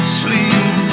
sleep